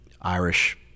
Irish-